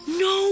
no